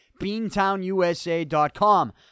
BeantownUSA.com